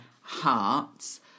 hearts